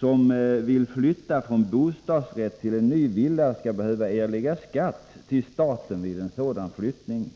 som vill flytta från en bostadsrättslägenhet till en ny villa skall behöva erlägga skatt till staten vid sådan flyttning.